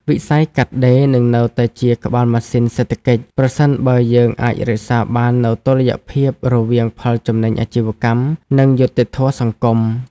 វិស័យកាត់ដេរនឹងនៅតែជាក្បាលម៉ាស៊ីនសេដ្ឋកិច្ច ប្រសិនបើយើងអាចរក្សាបាននូវតុល្យភាពរវាងផលចំណេញអាជីវកម្ម និងយុត្តិធម៌សង្គម។